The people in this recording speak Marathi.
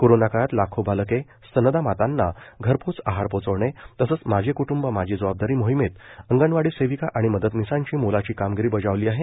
कोरोना काळात लाखो बालके स्तनदा मातांना घरपोच आहार पोहचवणे तसंच माझे कृटंब माझी जबाबदारी मोहिमेत अंगणवाडी सेविका आणि मदतनिसांनी मोलाची कामगिरी बजावली आहे